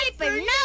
no